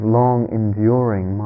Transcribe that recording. long-enduring